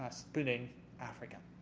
um splitting africa.